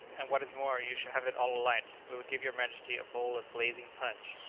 and what is more, you shall have it all alight we will give your majesty a bowl of blazing punch.